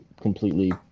completely